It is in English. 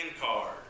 card